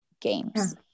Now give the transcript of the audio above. games